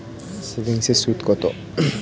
সেভিংসে সুদ কত?